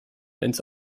ins